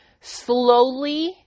slowly